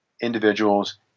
individuals